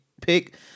pick